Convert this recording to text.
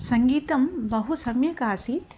सङ्गीतं बहु सम्यक् आसीत्